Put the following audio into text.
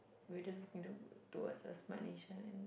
we're just working to towards a smart nation and